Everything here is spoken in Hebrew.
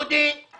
מיליון אנשים.